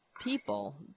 People